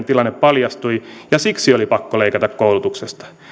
tilanne paljastui ja siksi oli pakko leikata koulutuksesta